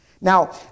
Now